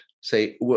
say